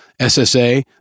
SSA